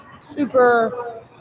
super